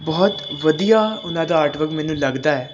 ਬਹੁਤ ਵਧੀਆ ਉਹਨਾਂ ਦਾ ਆਰਟ ਵਰਕ ਮੈਨੂੰ ਲੱਗਦਾ